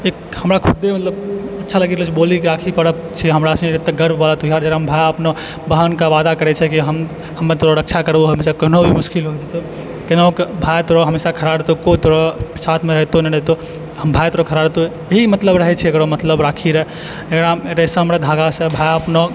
एक हमरा खुदे मतलब अच्छा लगै छै बोलै की राखी पर्ब छै हमरा सभके गर्ववला त्योहार भाय अपना बहिनके वादा करै छै कि हम हमे तोर रक्षा करबौ हमेशा कोनो मुश्किल हेतौ तब केनाहुँ कऽ भाय तोरा खड़ा रहतौ कोइ तोरा साथमे रहतौ नहि रहतौ भाय तोरा खड़ा रहतौ यही मतलब रहै छै एकरो मतलब राखी रऽ रेशम रे एकरा धागासँ भाय अपना